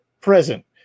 present